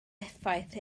effaith